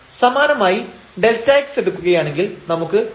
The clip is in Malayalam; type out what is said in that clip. സമാനമായി Δx എടുക്കുകയാണെങ്കിൽ നമുക്ക് 0